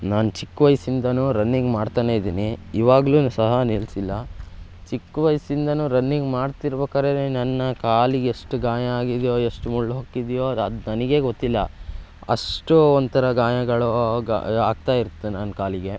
ನಾನು ಚಿಕ್ಕ ವಯ್ಸಿಂದಲೂ ರನ್ನಿಂಗ್ ಮಾಡ್ತಲೇ ಇದ್ದೀನಿ ಇವಾಗ್ಲೂ ಸಹ ನಿಲ್ಲಿಸಿಲ್ಲ ಚಿಕ್ಕ ವಯ್ಸಿಂದಲೂ ರನ್ನಿಂಗ್ ಮಾಡ್ತಿರ್ಬೇಕಾರೆನೇ ನನ್ನ ಕಾಲಿಗೆ ಎಷ್ಟು ಗಾಯ ಆಗಿದೆಯೋ ಎಷ್ಟು ಮುಳ್ಳು ಹೊಕ್ಕಿದೆಯೋ ಅದು ನನಗೇ ಗೊತ್ತಿಲ್ಲ ಅಷ್ಟು ಒಂಥರ ಗಾಯಗಳು ಗ ಆಗ್ತಾ ಇರ್ತೆ ನನ್ನ ಕಾಲಿಗೆ